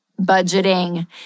budgeting